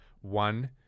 one